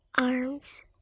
Arms